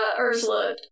Ursula